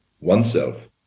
oneself